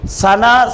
sana